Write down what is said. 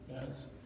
yes